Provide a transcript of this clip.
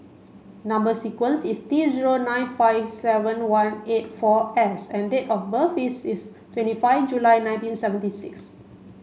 number sequence is T zero nine five seven one eight four S and date of birth is is twenty five July nineteen seventy six